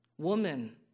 Woman